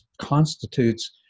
constitutes